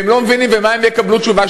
והם לא מבינים, ומה הם יקבלו תשובה?